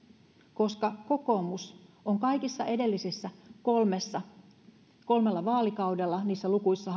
koska kokoomus on kaikilla edellisillä kolmella vaalikaudella niissä lukuisissa